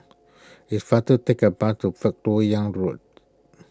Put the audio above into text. it's faster take a bus to First Lok Yang Road